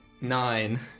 Nine